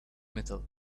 metal